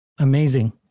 Amazing